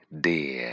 dear